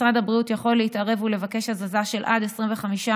משרד הבריאות יכול להתערב ולבקש הזזה של עד 25%